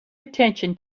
attention